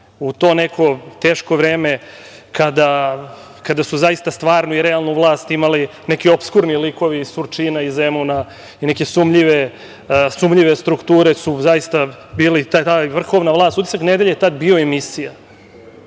u to neko teško vreme kada su zaista stvarnu i realnu vlasti imali neki opskurni likovi iz Surčina, iz Zemuna i neke sumnjive strukture su zaista bile i ta vrhovna vlast…„Utisak nedelje“ je tada bila emisija